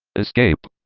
escape,